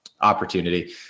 opportunity